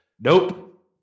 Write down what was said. Nope